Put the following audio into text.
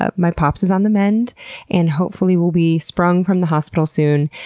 ah my pops is on the mend and hopefully will be sprung from the hospital soon.